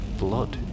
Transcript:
blood